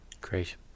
Great